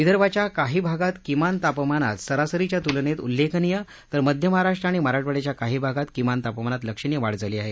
विदर्भाच्या काही भागात किमान तापमानात सरासरीच्या तुलनेत उल्लेखनीय तर मध्य महाराष्ट्र आणि मराठवाडयाच्या काही भागात किमान तापमानात लक्षणीय वाढ झाली आहे